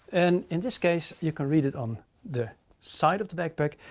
and in this case you can read it on the side of the backpack.